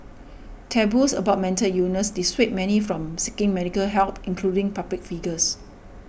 taboos about mental dissuade many from seeking medical help including public figures